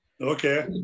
Okay